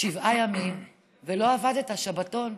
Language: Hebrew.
שבעה ימים, ולא עבדת, שבתון.